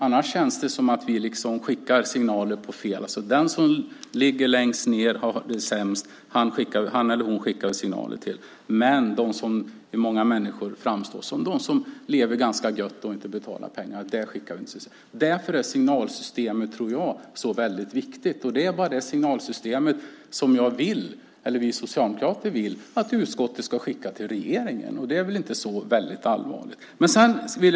Annars känns det som att vi skickar signaler till fel människor, till dem som har det sämst men inte till dem som lever ganska gott och inte betalar skatt. Därför tror jag att signalerna är så viktiga. Det är vikten av de signalerna som vi vill att utskottet ska understryka för regeringen, och det är väl inte så väldigt allvarligt.